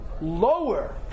lower